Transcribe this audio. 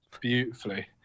beautifully